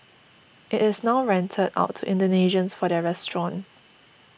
it is now rented out to Indonesians for their restaurant